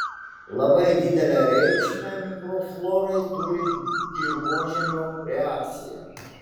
labai didelę reikšmę mikroflorai turi dirvožemio reakcija